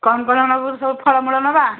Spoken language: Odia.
କ'ଣ କ'ଣ ନେବୁ ସବୁ ଫଳ ମୂଳ ନେବା